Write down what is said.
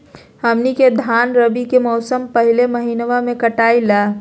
हमनी के धान रवि के मौसम के पहले महिनवा में कटाई ला